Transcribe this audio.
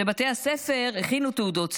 בבתי הספר הכינו תעודות סיום.